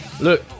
Look